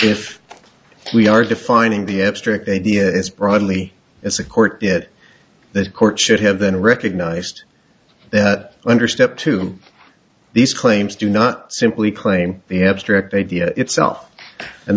if we are defining the abstract idea as broadly as a court yet that court should have been recognized that under step two these claims do not simply claim the abstract idea itself and